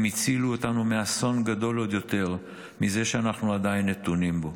הם הצילו אותנו מאסון גדול עוד יותר מזה שאנחנו עדיין נתונים בו.